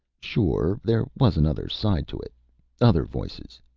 sure there was another side to it other voices